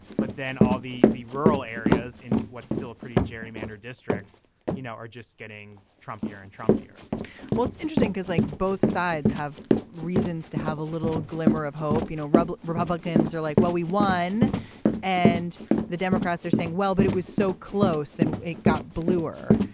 but then all the the rural areas in what's still a pretty gerrymandered districts you know are just getting trump here and trump here well it's interesting because like both sides have reasons to have a little glimmer of hope. you know rebel republicans are like well we won and the democrats are saying well but it was so close and it got bluer.